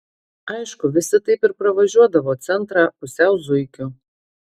aišku visi taip ir pravažiuodavo centrą pusiau zuikiu